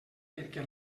perquè